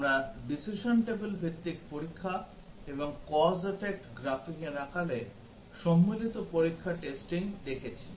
আমরা decision table ভিত্তিক পরীক্ষা এবং cause effect গ্রাফিংর আকারে সম্মিলিত পরীক্ষা টেস্টিং দেখেছি